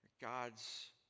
God's